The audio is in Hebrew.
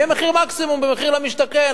יהיה מחיר מקסימום במחיר למשתכן.